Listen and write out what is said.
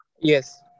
Yes